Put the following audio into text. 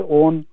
own